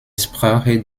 sprache